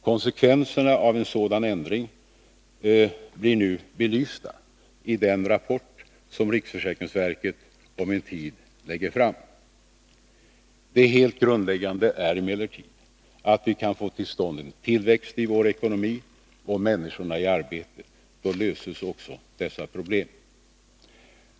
Konsekvenserna av en sådan ändring blir nu belysta i den rapport som riksförsäkringsverket om en tid lägger fram. Det helt grundläggande är emellertid att vi kan få till stånd en tillväxt i vår ekonomi och människorna i arbete. Då löses också dessa problem.